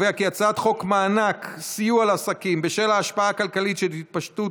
חוק מענק סיוע לעסקים בשל ההשפעה הכלכלית של התפשטות